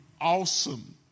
awesome